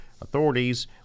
Authorities